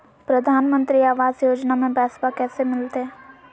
प्रधानमंत्री आवास योजना में पैसबा कैसे मिलते?